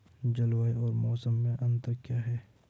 जलवायु और मौसम में अंतर क्या है?